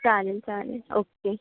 चालेल चालेल ओक्के